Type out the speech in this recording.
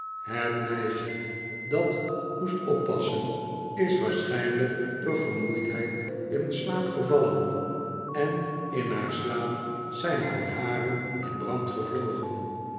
het meisje dat moest oppassen is waarschijnlijk door vermoeidheid in slaap gevallen en in haar slaap zijn haar haren in brand gevlogen